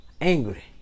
angry